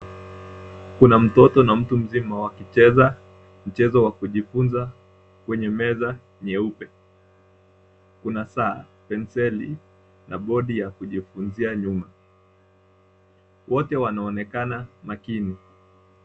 Kuna mtoto na mtu mzima wakicheza mchezo wa kujifunza kwenye meza nyeupe. Kuna saa, penseli na bodi ya kujifunzia nyuma. Wote wanaonekana makini.